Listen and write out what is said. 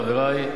חברי,